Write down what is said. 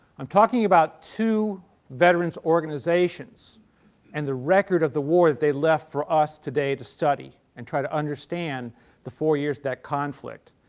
i'm talking about two veterans organizations and the record of the war that they left for us today to study and try to understand the four years of that conflict.